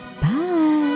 Bye